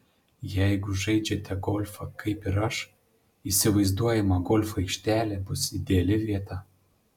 jeigu žaidžiate golfą kaip ir aš įsivaizduojama golfo aikštelė bus ideali vieta